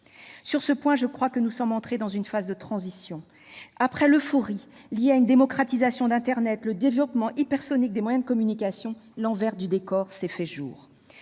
Sur ce point, je crois que nous sommes entrés dans une phase de transition. Après l'euphorie liée à la démocratisation d'internet et au développement « hypersonique » des moyens de communication, l'envers du décor est apparu.